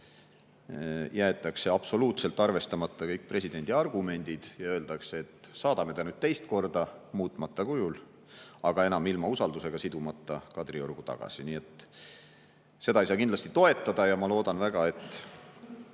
jäetakse absoluutselt arvestamata kõik presidendi argumendid. Öeldakse, et saadame selle nüüd teist korda, muutmata kujul, aga ilma usaldusega sidumata, Kadriorgu tagasi. Seda ei saa kindlasti toetada ja ma väga loodan, et